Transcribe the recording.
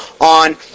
on